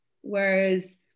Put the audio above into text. whereas